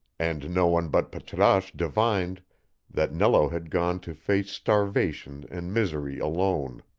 and no one but patrasche divined that nello had gone to face starvation and misery alone.